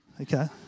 Okay